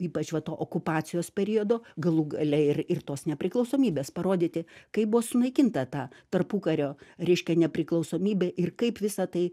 ypač va to okupacijos periodo galų gale ir ir tos nepriklausomybės parodyti kaip buvo sunaikinta ta tarpukario reiškia nepriklausomybė ir kaip visa tai